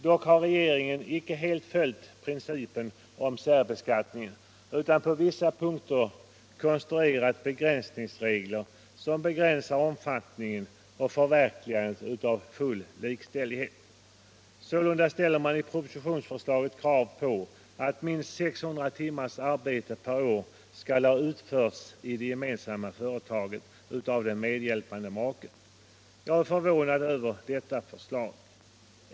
Dock har regeringen inte helt följt principen om särbeskattning utan på vissa punkter konstruerat regler som begränsar omfattningen och för = Nr 76 verkligandet av önskemålet om full likställighet. Sålunda ställer man Fredagen den i propositionsförslaget krav på att minst 600 timmars arbete per år skall 5 mars 1976 ha utförts av den medhjälpande maken i det gemensamma företaget. = Jag är förvånad över detta förslag.